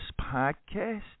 podcast